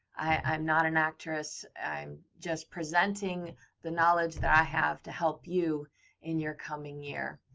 i'm not an actress. i'm just presenting the knowledge that i have to help you in your coming year.